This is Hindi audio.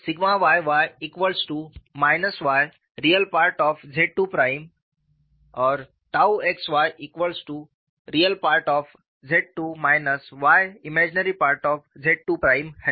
तो मेरे पास xx2ImZIIyReZII yy yReZII 𝛕xyReZII yImZII है